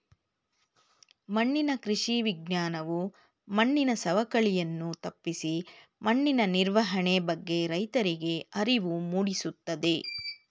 ಮಣ್ಣಿನ ಕೃಷಿ ವಿಜ್ಞಾನವು ಮಣ್ಣಿನ ಸವಕಳಿಯನ್ನು ತಪ್ಪಿಸಿ ಮಣ್ಣಿನ ನಿರ್ವಹಣೆ ಬಗ್ಗೆ ರೈತರಿಗೆ ಅರಿವು ಮೂಡಿಸುತ್ತದೆ